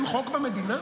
אין חוק במדינה?